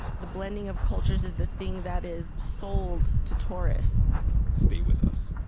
the blending of cultures is the thing that is sold to tourists stay with us